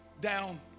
down